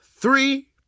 Three